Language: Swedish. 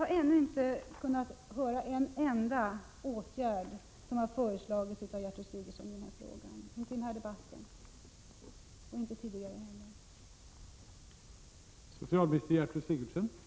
Eftersom ett sådant förbud finns i andra länder, även nordiska länder, tycker jag att det finns all anledning för Sverige att följa efter. Men jag har ännu inte kunnat höra Gertrud Sigurdsen föreslå en enda åtgärd i den här frågan, varken i den här debatten eller tidigare.